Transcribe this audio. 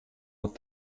wat